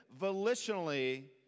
volitionally